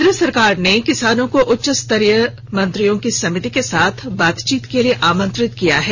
केंद्र सरकार ने किसानों को उच्चस्तरीय मंत्रियों की समिति के साथ बातचीत के लिए आमंत्रित किया है